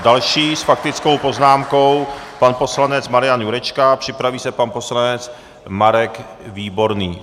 Další s faktickou poznámkou pan poslanec Marian Jurečka, připraví se pan poslanec Marek Výborný.